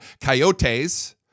coyotes